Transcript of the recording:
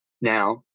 Now